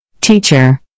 Teacher